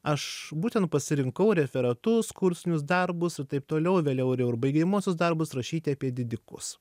aš būtent pasirinkau referatus kursinius darbus ir taip toliau vėliau jau ir baigiamuosius darbus rašyti apie didikus